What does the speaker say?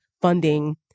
funding